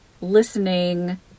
listening